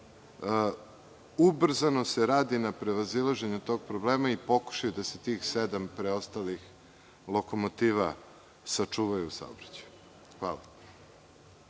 Ubrzano se radi na prevazilaženju tog problema i pokušaj da se tih sedam preostalih lokomotiva sačuvaju u saobraćaju. Hvala.